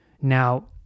now